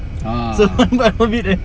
ah